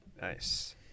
Nice